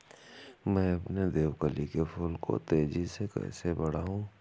मैं अपने देवकली के फूल को तेजी से कैसे बढाऊं?